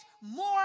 more